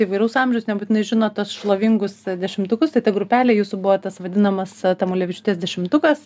įvairaus amžiaus nebūtinai žino tuos šlovingus dešimtukus tai ta grupelė jūsų buvo tas vadinamas tamulevičiūtės dešimtukas